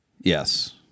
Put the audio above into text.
Yes